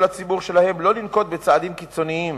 לציבור שלהם שאין לנקוט צעדים קיצוניים,